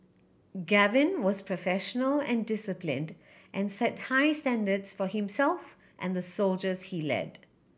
Gavin was professional and disciplined and set high standards for himself and the soldiers he led